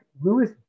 Lewis